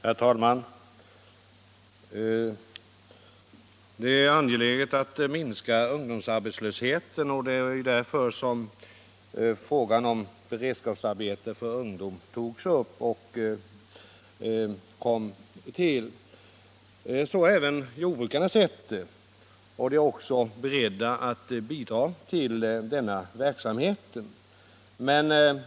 Herr talman! Det är angeläget att minska ungdomsarbetslösheten, och det är ju därför som frågan om beredskapsarbete för ungdom togs upp och sådant beredskapsarbete tillkom. Så har även jordbrukarna sett det, och de är också beredda att bidra till denna verksamhet.